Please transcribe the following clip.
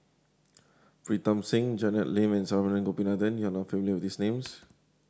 Pritam Singh Janet Lim and Saravanan Gopinathan you are not familiar with these names